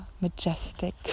majestic